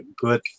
good